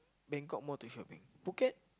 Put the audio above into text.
Bangkok more to shopping Phuket